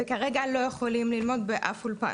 וכרגע לא יכולים ללמוד באף אולפן.